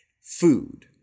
Food